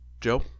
Joe